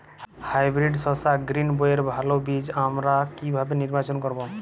Hybrid শসা গ্রীনবইয়ের ভালো বীজ আমরা কিভাবে নির্বাচন করব?